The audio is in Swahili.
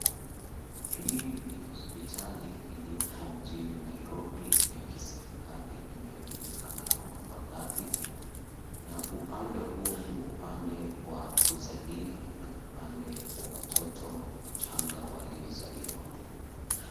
Hii ni hospitali iliyoko mjini Nairobi, ya kiserikali inayojulikana kama Mbagathi, na upande huo ni upande wa kuzalia na upande wa watoto wachanga waliozaliwa.